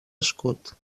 escut